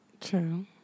True